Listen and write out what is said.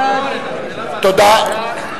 הצבעה אלקטרונית.